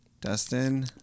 Dustin